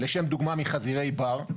לשם דוגמה מחזירי בר,